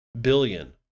billion